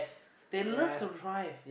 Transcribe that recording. they love to drive